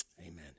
amen